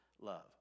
love